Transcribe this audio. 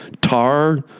Tar